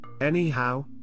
anyhow